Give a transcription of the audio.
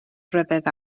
rhyfedd